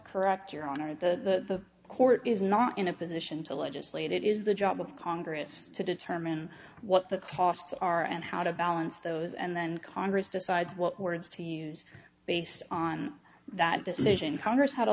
correct your honor the court is not in a position to legislate it is the job of congress to determine what the costs are and how to balance those and then congress decides what words to use based on that decision congress had a